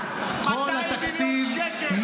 200 מיליון שקלים.